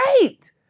great